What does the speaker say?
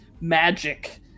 magic